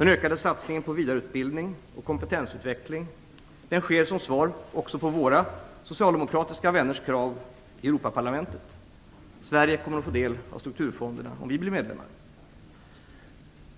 en ökad satsning på vidareutbildning och kompetensutveckling. Det är också ett svar på våra socialdemokratiska vänners krav i Europaparlamentet. Sverige kommer att få ta del av strukturfonderna om Sverige blir medlem.